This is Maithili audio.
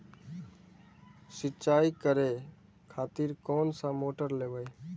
सीचाई करें खातिर कोन सा मोटर लेबे?